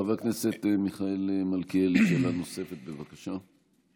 חבר הכנסת מיכאל מלכיאלי, שאלה נוספת, בבקשה.